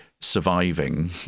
surviving